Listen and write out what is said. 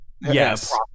Yes